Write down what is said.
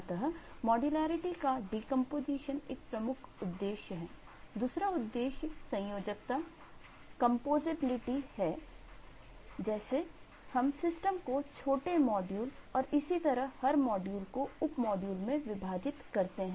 अतः मॉड्युलैरिटी हैजैसे हम सिस्टम को छोटे मॉड्यूल और इसी तरह हर मॉड्यूल को उप मॉड्यूल में विभाजित करते हैं